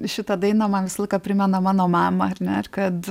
šita daina man visą laiką primena mano mamą ar ne ir kad